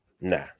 nah